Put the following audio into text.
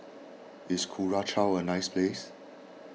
is Curacao a nice place